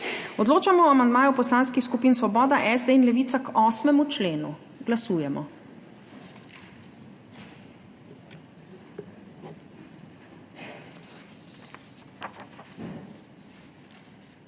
Odločamo o amandmaju poslanskih skupin Svoboda, SD in Levica k 16. členu. Glasujemo.